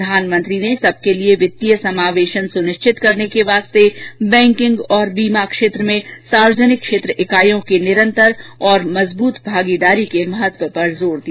प्रधानमंत्री ने सबके लिए वित्तीय समावेशन सुनिश्चित करने के वास्ते बैकिंग और बीमा क्षेत्र में सार्यजनिक क्षेत्र इकाइयों की निरन्तर और मजबूत भागीदारी के महत्व पर जोर दिया